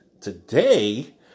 Today